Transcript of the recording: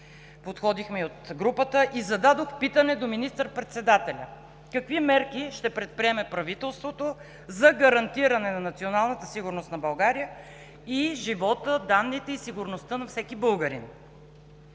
подходихме и от групата, и зададох питане до министър-председателя: какви мерки ще предприеме правителството за гарантиране на националната сигурност на България и живота, данните и сигурността на всеки българин?